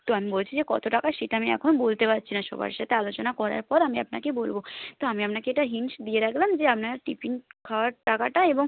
তো আমি বলছি যে কত টাকা সেটা আমি এখন বলতে পারছি না সবার সাথে আলোচনা করার পর আমি আপনাকে বলব তো আমি আপনাকে এটা হিন্টস দিয়ে রাখলাম যে আপনার টিফিন খাওয়ার টাকাটা এবং